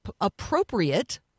appropriate